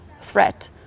threat